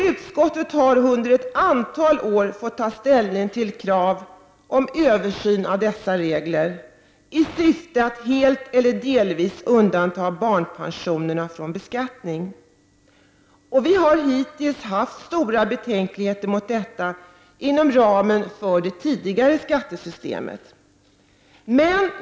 Utskottet har under ett antal år fått ta ställning till krav på översyn av dessa regler, i syfte att helt eller delvis undanta barnpensionerna från beskattning. Vi har hittills inom ramen för det tidigare skattesystemet haft stora betänkligheter mot detta.